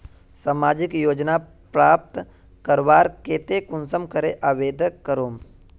सामाजिक योजना प्राप्त करवार केते कुंसम करे आवेदन करूम?